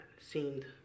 seemed